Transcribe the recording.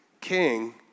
king